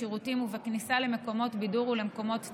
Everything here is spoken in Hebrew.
בשירותים ובכניסה למקומות בידור ולמקומות ציבוריים,